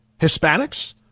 Hispanics